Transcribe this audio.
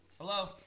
Hello